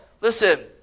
listen